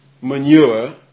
manure